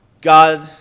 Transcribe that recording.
God